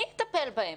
מי יטפל בהם?